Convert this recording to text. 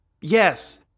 Yes